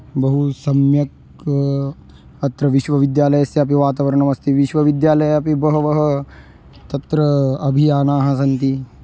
बहु सम्यक् अत्र विश्वविद्यालयस्यापि वातावरणमस्ति विश्वविद्यालये अपि बहवः तत्र अभियानानि सन्ति